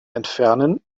entfernen